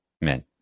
men